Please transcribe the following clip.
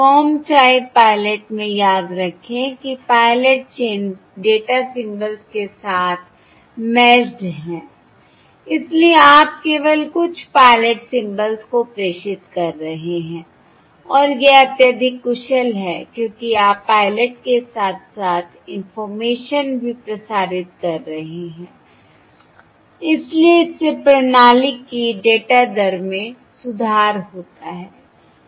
com type pilot में याद रखें कि पायलट चिन्ह डेटा सिंबल्स के साथ मैश्ड हैं इसलिए आप केवल कुछ पायलट सिंबल्स को प्रेषित कर रहे हैं और यह अत्यधिक कुशल है क्योंकि आप पायलट के साथ साथ इंफॉर्मेशन भी प्रसारित कर रहे हैं इसलिए इससे प्रणाली की डेटा दर में सुधार होता है